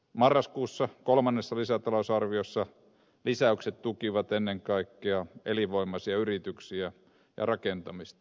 marraskuussa kolmannessa lisätalousarviossa lisäykset tukivat ennen kaikkea elinvoimaisia yrityksiä ja rakentamista